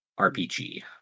RPG